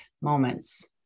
moments